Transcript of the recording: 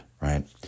right